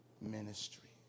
ministry